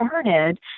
started